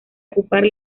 ocupar